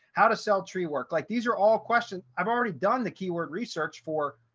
how to sell tree work like these are all questions i've already done the keyword research for,